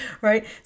right